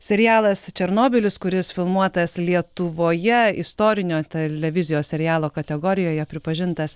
serialas černobylis kuris filmuotas lietuvoje istorinio televizijos serialo kategorijoje pripažintas